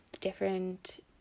different